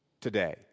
today